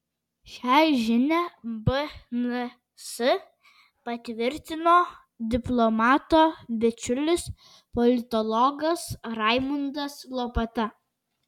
šią žinią bns patvirtino diplomato bičiulis politologas raimundas lopata